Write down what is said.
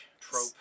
trope